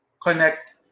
connect